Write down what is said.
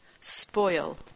spoil